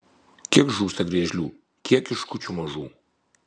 kiek žūsta griežlių kiek kiškučių mažų